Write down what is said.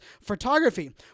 photography